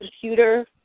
computer